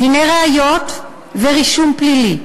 דיני ראיות ורישום פלילי.